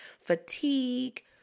fatigue